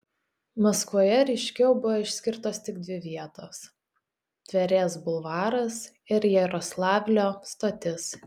maskvoje ryškiau buvo išskirtos tik dvi vietos tverės bulvaras ir jaroslavlio stotis